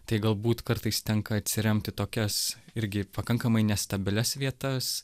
tai galbūt kartais tenka atsiremt į tokias irgi pakankamai nestabilias vietas